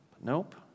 Nope